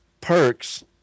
perks